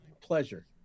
pleasure